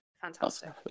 fantastic